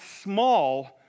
small